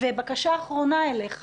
והבקשה האחרונה אליך